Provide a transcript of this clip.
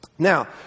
Now